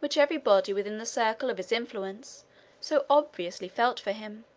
which every body within the circle of his influence so obviously felt for him.